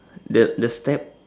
the the step